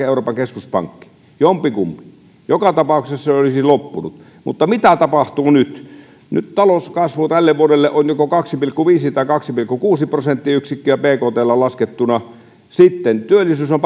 euroopan keskuspankki jompikumpi joka tapauksessa se olisi loppunut mutta mitä tapahtuu nyt nyt talouskasvu tälle vuodelle on joko kaksi pilkku viisi tai kaksi pilkku kuusi prosenttiyksikköä bktlla laskettuna sitten työllisyys on